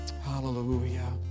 Hallelujah